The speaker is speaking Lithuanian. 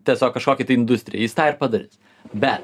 tiesiog kažkokį tai industriją jis tą ir padarys bet